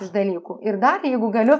iš dalykų ir dar jeigu galiu